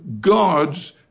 God's